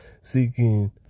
seeking